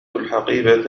الحقيبة